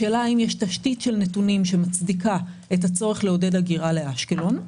השאלה אם יש תשתית של נתונים שמצדיקה את הצורך לעודד הגירה לאשקלון.